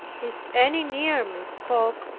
if any near me spoke,